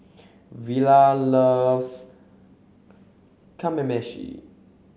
Velia loves Kamameshi